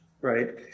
right